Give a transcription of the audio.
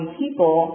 people